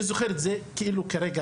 אני זוכר את זה כאילו זה כרגע.